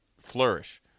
flourish